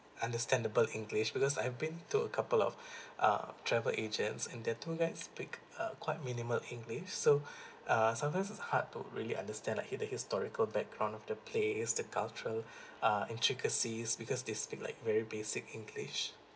understandable english because I've been to a couple of uh travel agents and their tour guides speak uh quite minimal english so uh sometimes it's hard to really understand like the historical background of the place the cultural uh intricacies because they speak like very basic english